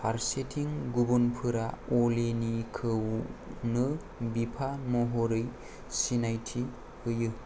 फारसेथिं गुबुनफोरा अलीनिखौनो बिफा महरै सिनायथि होयो